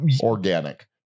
organic